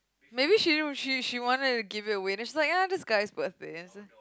maybe she she wanted to give it away then she like uh this guy birthday